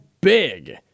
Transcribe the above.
big